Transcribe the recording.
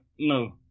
No